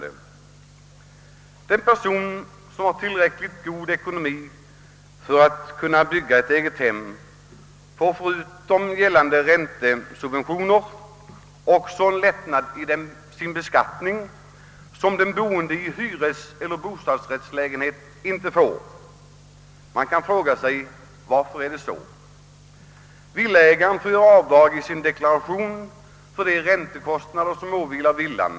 En person som har tillräckligt god ekonomi för att bygga ett eget hem får, förutom gällande räntesubventioner, en skattelättnad som den i hyreseller bostadsrättslägenhet boende inte får. Varför är det så? Villaägaren får göra avdrag i sin deklaration för de räntekostnader han har för villan.